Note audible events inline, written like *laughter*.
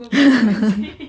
*laughs*